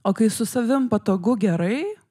o kai su savim patogu gerai